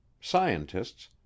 scientists